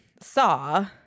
saw